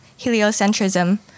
heliocentrism